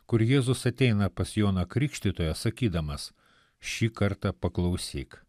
kur jėzus ateina pas joną krikštytoją sakydamas šį kartą paklausyk